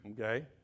Okay